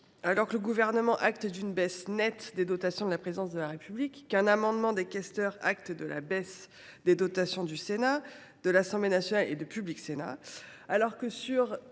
Alors que le Gouvernement acte une baisse nette des dotations de la Présidence de la République ; alors qu’un amendement de nos questeurs acte la baisse des dotations du Sénat, de l’Assemblée nationale et de Public Sénat ; alors que le